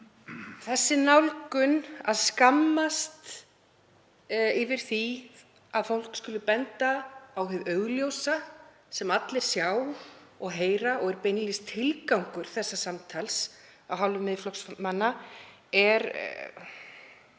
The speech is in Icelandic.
þessi nálgun, að skammast yfir því að fólk skuli benda á hið augljósa sem allir sjá og heyra og er beinlínis tilgangur þessa samtals af hálfu Miðflokksmanna, er